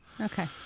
Okay